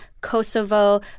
Kosovo